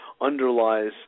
underlies